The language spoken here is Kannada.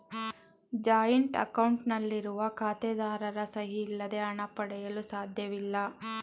ಜಾಯಿನ್ಟ್ ಅಕೌಂಟ್ ನಲ್ಲಿರುವ ಖಾತೆದಾರರ ಸಹಿ ಇಲ್ಲದೆ ಹಣ ಪಡೆಯಲು ಸಾಧ್ಯವಿಲ್ಲ